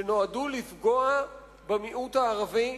שנועדו לפגוע במיעוט הערבי,